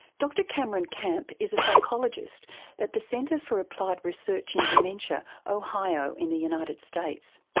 dr cameron camp is a psychologist at the center for applied research in dementia, ohio, in the united states.